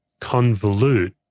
convolute